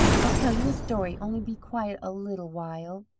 i'll tell you a story, only be quiet a little while.